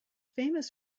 famous